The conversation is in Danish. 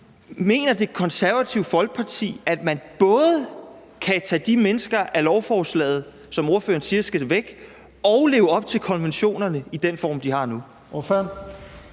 Mener Det Konservative Folkeparti, at man både kan tage de mennesker af lovforslaget, som ordføreren siger skal væk, og leve op til konventionerne i den form, de har nu?